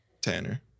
Tanner